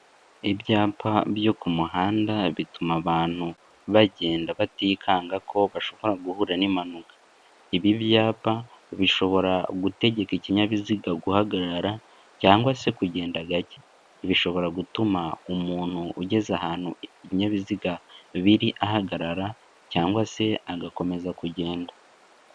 Ibyapa byo ku muhanda bituma abantu bagenda batikanga ko bashobora guhura n'impanuka, ibi byapa bishobora gutegeka ikinyabiziga guhagarara cyangwa se kugenda gake, bishobora gutuma umuntu ugeza ahantu ibinyabiziga biri ahagarara cyangwa se agakomeza kugenda.